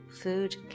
Food